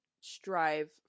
strive